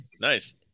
nice